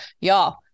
y'all